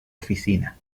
oficina